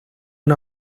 una